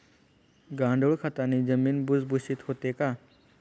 गांडूळ खताने जमीन भुसभुशीत होते का?